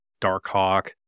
Darkhawk